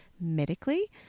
medically